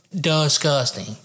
Disgusting